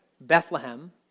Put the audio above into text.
Bethlehem